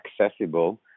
accessible